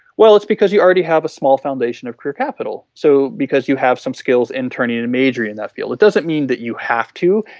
well, it's because you already have a small foundation of career capital. so, because you have some skills interning and majoring in that field it doesn't mean that you have to,